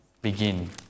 begin